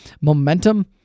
Momentum